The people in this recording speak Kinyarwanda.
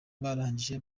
barangije